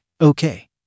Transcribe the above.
Okay